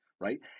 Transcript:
right